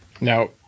Now